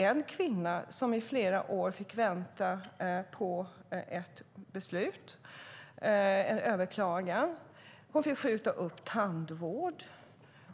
En kvinna fick under flera år vänta på ett beslut om sitt överklagande.